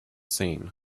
seen